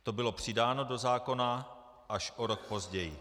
To bylo přidáno do zákona až o rok později.